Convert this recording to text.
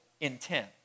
intent